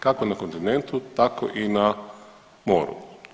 Kako na kontinentu tako i na moru.